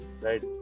right